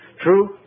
True